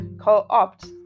co-opt